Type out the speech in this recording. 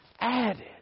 added